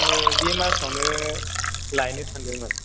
आङो बे मासआवनो लायनो सानदोंमोन